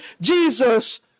Jesus